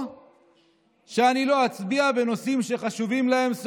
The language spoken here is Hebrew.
שאני לא אצביע בנושאים שחשובים להם".